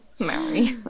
Mary